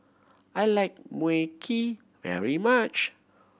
I like Mui Kee very much